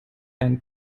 ein